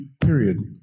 period